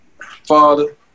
father